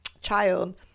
child